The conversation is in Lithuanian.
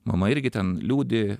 mama irgi ten liūdi